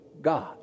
God